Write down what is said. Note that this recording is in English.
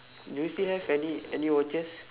do you still have any any watches